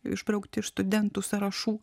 išbraukti iš studentų sąrašų